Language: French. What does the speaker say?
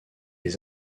les